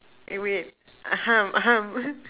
eh wait